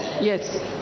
Yes